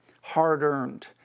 hard-earned